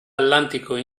atlántico